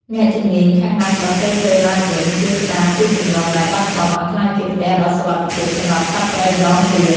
អ្នកជំនាញខាងដាំដុះព្រៃឈើឡើងវិញ ជួយស្តារទីជម្រកដែលបាត់បង់ឱ្យក្លាយជាផ្ទះដ៏សុវត្ថិភាពសម្រាប់សត្វព្រៃម្តងទៀត។